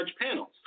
panels